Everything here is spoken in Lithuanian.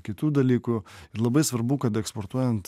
kitų dalykų ir labai svarbu kad eksportuojant